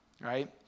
right